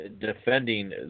defending